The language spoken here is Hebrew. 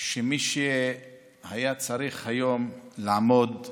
שמי שהיה צריך היום לעמוד כאן,